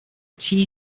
tea